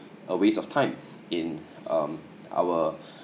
a waste of time in um our